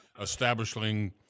establishing